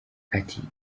ati